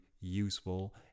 useful